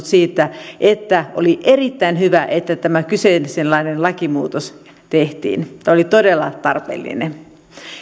siitä että oli erittäin hyvä että tämä kyseisenlainen lakimuutos tehtiin se oli todella tarpeellinen